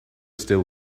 still